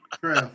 True